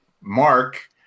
Mark